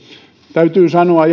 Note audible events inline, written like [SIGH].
täytyy sanoa [UNINTELLIGIBLE]